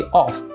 off